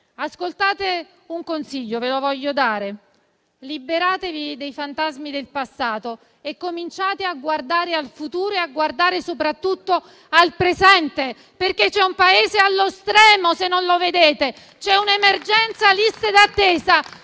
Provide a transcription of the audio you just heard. Ascoltate un consiglio, ve lo voglio dare. Liberatevi dei fantasmi del passato e cominciate a guardare al futuro e a soprattutto al presente, perché c'è un Paese allo stremo, se non lo vedete! C'è un'emergenza liste d'attesa: